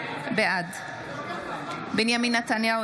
בעד בנימין נתניהו,